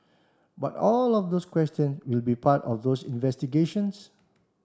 but all of those questions will be part of those investigations